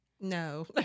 No